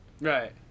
Right